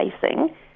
facing